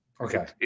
Okay